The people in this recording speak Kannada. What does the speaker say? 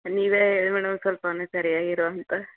ನೀವೇ ಹೇಳಿ ಮೇಡಮ್ ಸ್ವಲ್ಪ ಅವ್ನಿಗೆ ಸರಿಯಾಗಿರು ಅಂತ